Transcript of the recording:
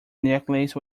necklace